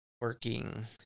working